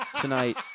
tonight